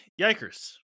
Yikers